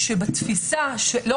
קודם כול,